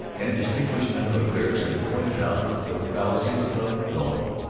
and distinguished man of affairs had pointed out the fallacies of doane.